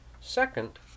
Second